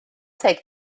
take